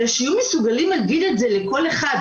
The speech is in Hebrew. אלא שהם יהיו מסוגלים להגיד את זה לכל אחד,